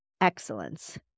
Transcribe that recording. excellence